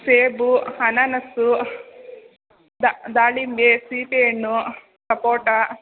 ಸೇಬು ಹನಾನಸ್ಸು ದಾಳಿಂಬೇ ಸೀಬೆ ಹಣ್ಣು ಸಪೋಟಾ